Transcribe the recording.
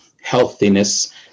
healthiness